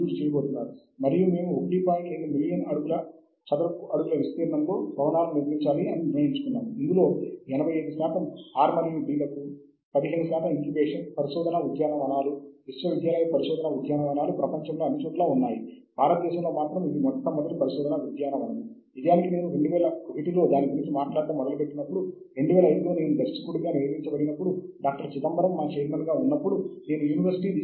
మందమైన కాలక్రమ శోధన ప్రాథమికంగా దీని అర్థం ఏమిటో మనం ఈ వ్యాసంలో చూడబోతున్నాం మరియు ఈ వ్యాసం కంటే పాత పత్రాలు ఏమిటో చూద్దాము ఇవి ప్రాథమికంగా ఉంటాయి